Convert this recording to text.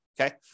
okay